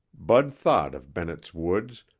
bud thought of bennett's woods,